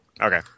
okay